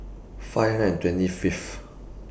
five and twenty Fifth